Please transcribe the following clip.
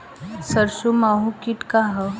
सरसो माहु किट का ह?